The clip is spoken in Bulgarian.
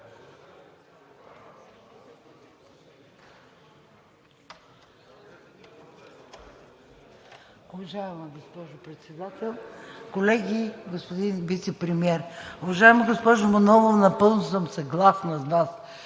Уважаема госпожо Председател, колеги, господин Вицепремиер! Уважаема госпожо Манолова, напълно съм съгласна с Вас,